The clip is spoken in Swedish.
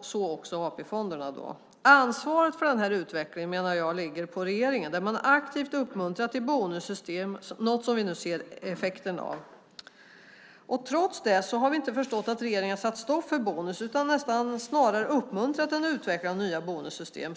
så också AP-fonderna. Ansvaret för denna utveckling, menar jag, ligger på regeringen eftersom man aktivt uppmuntrar till bonussystem - något som vi nu ser effekten av. Trots det har vi inte förstått att regeringen har satt stopp för bonus utan snarare uppmuntrat en utveckling av nya bonussystem.